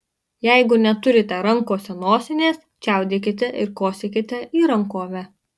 jeigu neturite rankose nosinės čiaudėkite ir kosėkite į rankovę